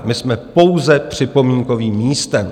My jsme pouze připomínkovým místem.